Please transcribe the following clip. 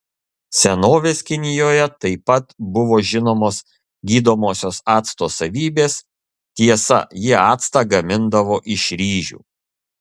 senovės kinijoje taip pat buvo žinomos gydomosios acto savybės tiesa jie actą gamindavo iš ryžių